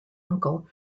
uncle